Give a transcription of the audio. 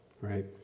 right